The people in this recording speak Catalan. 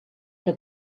que